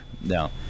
No